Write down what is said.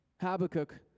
Habakkuk